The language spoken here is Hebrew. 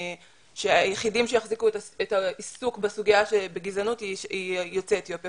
שהיחידים שיחזיקו את העיסוק בסוגיה בגזענות אלה יוצאי אתיופיה.